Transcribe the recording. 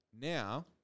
now